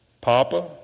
Papa